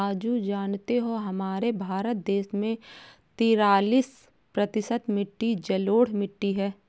राजू जानते हो हमारे भारत देश में तिरालिस प्रतिशत मिट्टी जलोढ़ मिट्टी हैं